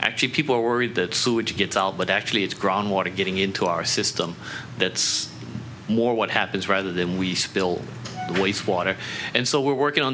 actually people are worried that sewage gets all but actually it's groundwater getting into our system that's more what happens rather than we spill wastewater and so we're working on